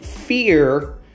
fear